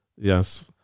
Yes